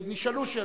נשאלו שאלות,